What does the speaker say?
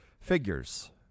figures